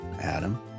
Adam